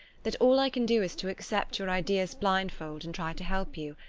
that all i can do is to accept your ideas blindfold and try to help you.